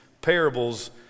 parables